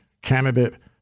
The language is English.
candidate